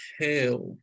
hell